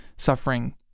suffering